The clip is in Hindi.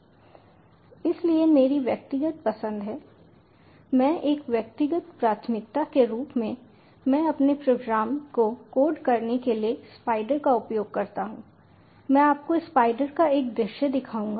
इसलिए मेरी व्यक्तिगत पसंद मैं एक व्यक्तिगत प्राथमिकता के रूप में मैं अपने प्रोग्राम को कोड करने के लिए स्पाइडर का उपयोग करता हूं मैं आपको स्पाइडर का एक दृश्य दिखाऊंगा